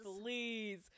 Please